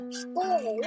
school